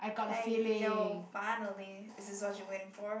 hey yo finally is this what you're waiting for